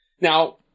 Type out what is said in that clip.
Now